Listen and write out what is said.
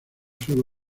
solo